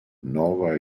nova